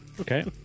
Okay